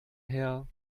herr